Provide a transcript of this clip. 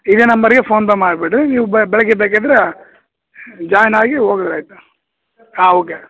ಇದೇ ನಂಬರ್ಗೆ ಫೋನ್ಪೇ ಮಾಡಿಬಿಡಿರಿ ನೀವು ಬೆಳಗ್ಗೆ ಬೇಕಿದ್ದರೆ ಜಾಯಿನ್ ಆಗಿ ಹೋಗದ್ರ್ ಆಯ್ತು ಹಾಂ ಓಕೆ